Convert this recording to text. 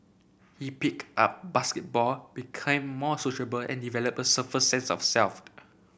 he picked up basketball became more sociable and developed a sense of